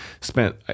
spent